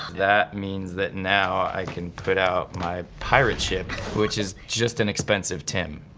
that means that now i can put out my pirate ship, which is just an expensive tim,